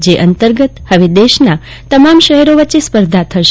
જે અંતર્ગત હવે દેશના તમામ શહેરો વચ્ચે સ્પર્ધા થસે